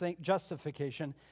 justification